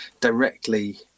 directly